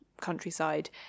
countryside